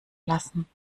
lassen